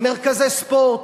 מרכזי ספורט,